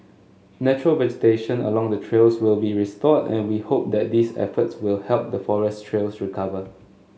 natural vegetation along the trails will be restored and we hope that these efforts will help the forest trails recover